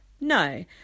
no